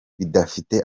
bidafite